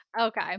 Okay